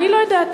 אני לא יודעת,